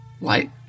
light